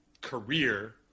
career